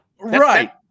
right